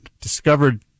discovered